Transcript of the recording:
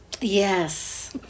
Yes